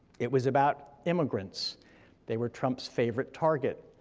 it was about immigrants they were trump's favorite target.